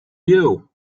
you